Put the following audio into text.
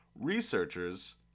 Researchers